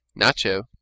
Nacho